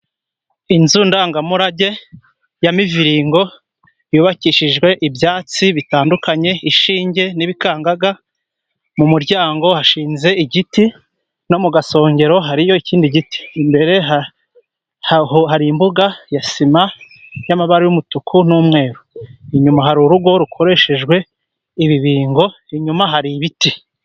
Inzu ndangamurage ya miviriingo, yubakishijwe ibyatsi bitandukanye, ishinge, n'ibikangaga, mu muryango hashinze igiti no mu gasongero hari ikindi giti, imbere hari imbuga ya sima y'amabara y'umutuku, n'umweru, inyuma hari urugo rukoreshejwe ibibingo, inyuma hari ibiti.